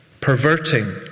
perverting